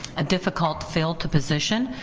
a difficult field to position,